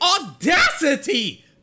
audacity